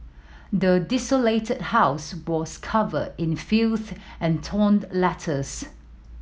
the desolated house was covered in filth and toned letters